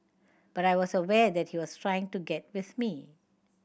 but I was aware that he was trying to get with me